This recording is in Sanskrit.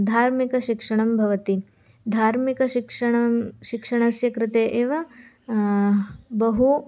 धार्मिकशिक्षणं भवति धार्मिकशिक्षणं शिक्षणस्य कृते एव बहु